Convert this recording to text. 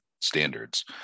standards